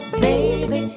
baby